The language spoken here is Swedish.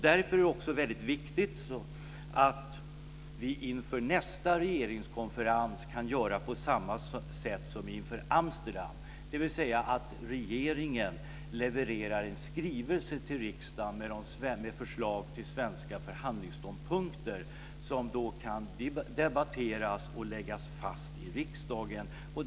Därför är det också väldigt viktigt att vi inför nästa regeringskonferens kan göra på samma sätt som inför Amsterdam, dvs. se till att regeringen levererar en skrivelse till riksdagen med förslag till svenska förhandlingsståndpunkter som kan debatteras och läggas fast i riksdagen.